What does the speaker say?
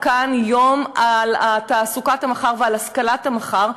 כאן יום על תעסוקת המחר ועל השכלת המחר,